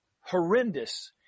horrendous